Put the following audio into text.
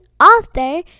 author